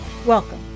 Welcome